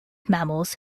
mammals